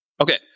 Okay